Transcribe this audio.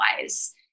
wise